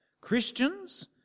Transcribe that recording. Christians